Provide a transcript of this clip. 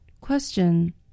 Question